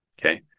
okay